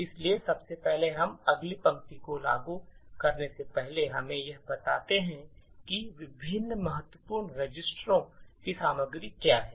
इसलिए सबसे पहले हम अगली पंक्ति को लागू करने से पहले हमें यह बताते हैं कि विभिन्न महत्वपूर्ण रजिस्टरों की सामग्री क्या है